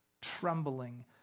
trembling